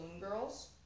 girls